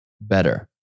better